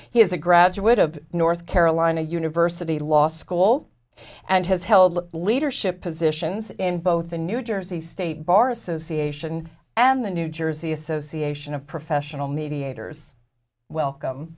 is a graduate of north carolina university law school and has held leadership positions in both the new jersey state bar association and the new jersey association of professional mediators welcome